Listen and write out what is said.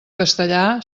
castellà